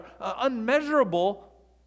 unmeasurable